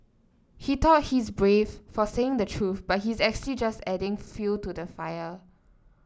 he thought he's brave for saying the truth but he's actually just adding fuel to the fire